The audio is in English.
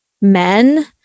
men